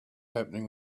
happening